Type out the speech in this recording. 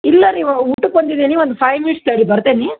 ಇಲ್ಲ ರೀ ಊಟಕ್ಕೆ ಬಂದಿದ್ದೀನಿ ಒಂದು ಫೈವ್ ಮಿಟ್ಸ್ ತಡಿ ಬರ್ತೀನಿ